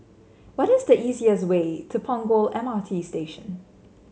what is the easiest way to Punggol M RT Station